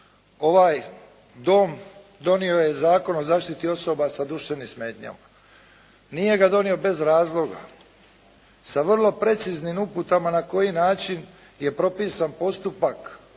ovaj dom donio je Zakon o zaštiti osoba sa duševnim smetnjama. Nije ga donio bez razloga sa vrlo preciznim uputama na koji način je propisan postupak